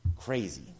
crazy